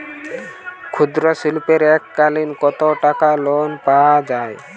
ক্ষুদ্রশিল্পের এককালিন কতটাকা লোন পাওয়া য়ায়?